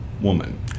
woman